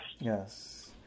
Yes